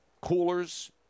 coolers